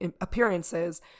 appearances